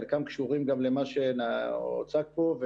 חלקם קשורים גם למה שהוצג פה,